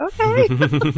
okay